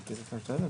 תודה.